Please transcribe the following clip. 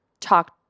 talk